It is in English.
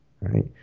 right